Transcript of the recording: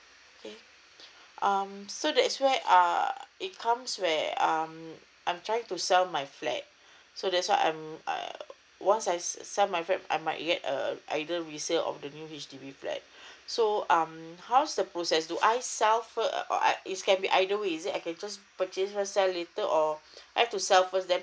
okay um so that's where uh it comes where um I'm trying to sell my flat so that's why I'm uh once I sell my flat I might get uh either get a resale or a new H_D_B flat so um how is the process do I sell first uh or it's it can be either way is it I just purchase first sell later or I've to sell first then